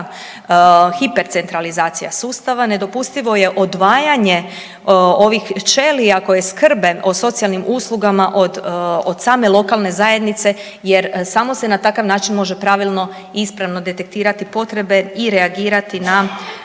hipercentralizacija sustava, nedopustivo je odvajanje ovih ćelija koje skrbe o socijalnim uslugama od same lokalne zajednice jer samo se na takav način može pravilno i ispravno detektirati potrebe i reagirati na